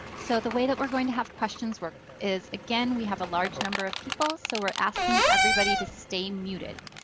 so the way that we're going to have questions work is again we have a large number of people so we're asking everybody to stay muted.